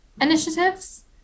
initiatives